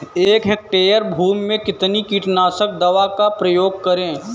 एक हेक्टेयर भूमि में कितनी कीटनाशक दवा का प्रयोग करें?